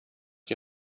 die